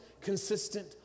consistent